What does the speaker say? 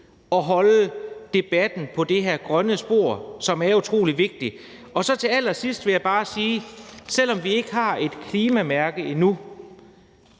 at holde debatten på det her grønne spor, som er utrolig vigtigt. Til allersidst vil jeg bare sige, at selv om vi ikke har et klimamærke endnu,